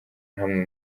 hamwe